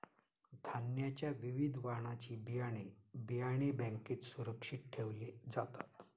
धान्याच्या विविध वाणाची बियाणे, बियाणे बँकेत सुरक्षित ठेवले जातात